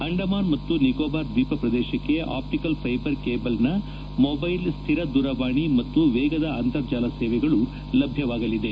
ಅಂಡಮಾನ್ ಮತ್ತು ನಿಕೋಬಾರ್ ದ್ರೀಪ ಪ್ರದೇಶಕ್ಕೆ ಆಪ್ಡಿಕಲ್ ಫೈಬರ್ ಕೇಬಲ್ನ ಮೊಬೈಲ್ ಸ್ವಿರ ದೂರವಾಣಿ ಮತ್ತು ವೇಗದ ಅಂತರ್ಜಾಲ ಸೇವೆಗಳು ಲಭ್ಯವಾಗಲಿದೆ